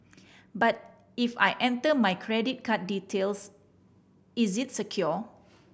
but if I enter my credit card details is it secure